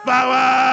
Power